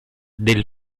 del